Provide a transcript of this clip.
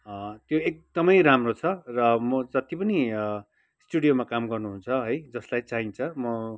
त्यो एकदमै राम्रो छ र म जति पनि स्टुडियोमा काम गर्नु हुन्छ है जसलाई चाहिन्छ म